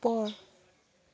প